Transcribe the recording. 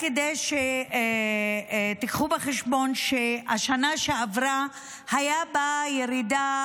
רק תיקחו בחשבון שבשנה שעברה הייתה ירידה